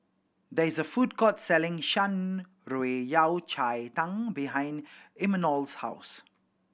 there is a food court selling Shan Rui Yao Cai Tang behind Imanol's house